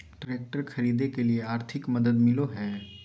Tractor खरीदे के लिए आर्थिक मदद मिलो है?